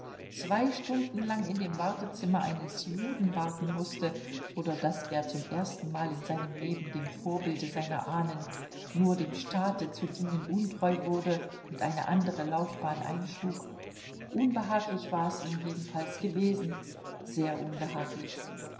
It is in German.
zwei stunden lang in dem wartezimmer eines juden warten mußte oder daß er zum erstenmal in seinem leben dem vorbilde seiner ahnen nur dem staate zu dienen untreu wurde und eine andere laufbahn einschlug unbehaglich war es ihm jedenfalls gewesen sehr unbehaglich